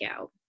out